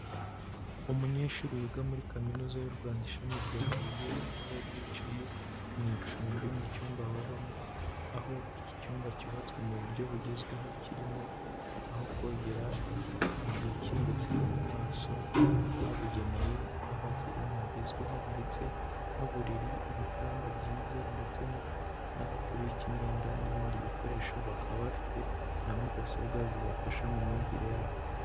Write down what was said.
Umunyeshuri wiga muri kaminuza y'u Rwanda ishami rya Huye, aho yari yicaye mu icumbi mu cyumba babamo, aho iki cyumba cyubatswe mu buryo bugezweho, kirimo aho kogera intoki, ndetse no mu maso, habugenewe, h'ahasirimu hagezweho, ndetse n'uburiri, ibitanda byiza, ndetse n'aho kubika imyenda n'ibindi bikoresho, bakaba bafite na mudasobwa zibafasha mu myigire yabo.